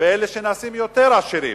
ואלה שנעשים יותר עשירים,